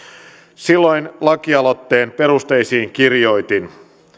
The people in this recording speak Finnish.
silloin laki aloitteen perusteisiin kirjoitin